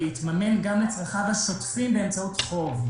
להתממן גם לצרכיו השוטפים באמצעות חוב.